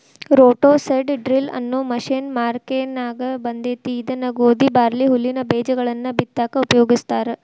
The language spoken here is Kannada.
ರೋಟೋ ಸೇಡ್ ಡ್ರಿಲ್ ಅನ್ನೋ ಮಷೇನ್ ಮಾರ್ಕೆನ್ಯಾಗ ಬಂದೇತಿ ಇದನ್ನ ಗೋಧಿ, ಬಾರ್ಲಿ, ಹುಲ್ಲಿನ ಬೇಜಗಳನ್ನ ಬಿತ್ತಾಕ ಉಪಯೋಗಸ್ತಾರ